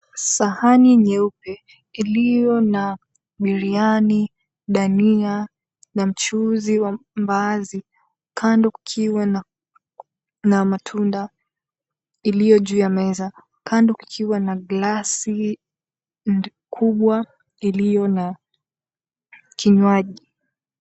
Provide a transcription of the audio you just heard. Sahani nyeupe iliyo na biriani, dania na mchuzi wa mbaazi, kando kukiwa na matunda iliyo juu ya meza, kando kukiwa na glasi kubwa iliyo na kinywaji.